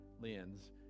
lens